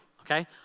okay